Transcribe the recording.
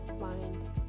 mind